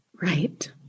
Right